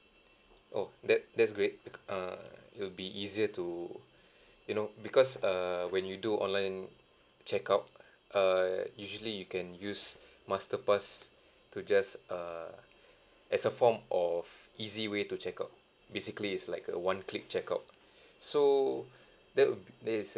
oh that that's great because err it'll be easier to you know because err when you do online check out err usually you can use masterpass to just err as a form of easy way to check out basically is like a one click check out so that w~ that is